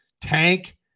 Tank